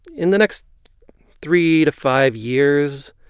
in the next three to five years,